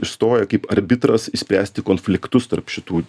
išstoja kaip arbitras išspręsti konfliktus tarp šitų